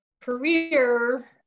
career